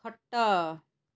ଖଟ